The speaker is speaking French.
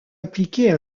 appliquer